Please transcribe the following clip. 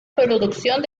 producción